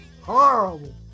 Horrible